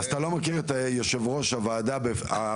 אז אתה לא מכיר את יושב ראש הוועדה האמיתי,